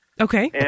Okay